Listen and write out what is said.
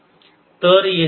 तर येथे ऋण चिन्ह घेऊयात